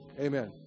Amen